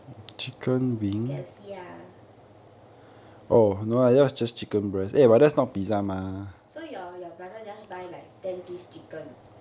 K_F_C ah so your your brother just buy like ten piece chicken